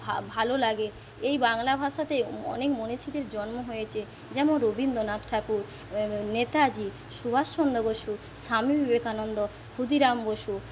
ভালো লাগে এই বাংলা ভাষাতে মনীষীদের জন্ম হয়েছে যেমন রবীন্দ্রনাথ ঠাকুর নেতাজি সুভাষচন্দ্র বসু স্বামী বিবেকানন্দ ক্ষুদিরাম বসু